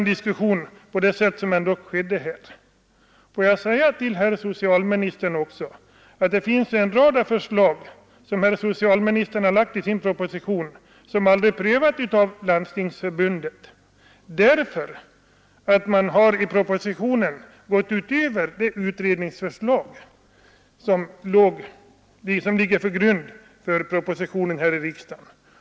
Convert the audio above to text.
Det finns också en rad förslag, som herr socialministern lagt i sin proposition, som aldrig prövats i Landstingsförbundet. Man har i propositionen gått utöver det utredningsförslag som låg till grund för propositionen i riksdagen.